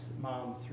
mom